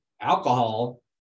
alcohol